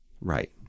Right